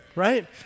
Right